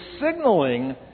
signaling